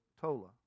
Tola